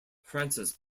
frances